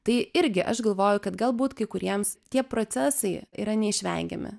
tai irgi aš galvoju kad galbūt kai kuriems tie procesai yra neišvengiami